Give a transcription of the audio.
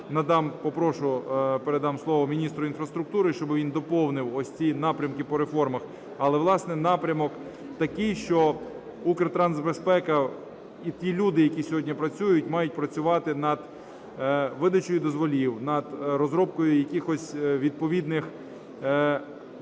надам, попрошу, передам слово міністру інфраструктуру, щоби він доповнив ось ці напрямки по реформах. Але, власне, напрямок такий, що Укртрансбезпека і ті люди, які сьогодні працюють, мають працювати над видачею дозволів, над розробкою якихось відповідних документів,